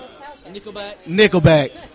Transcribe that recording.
Nickelback